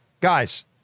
Guys